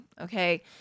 okay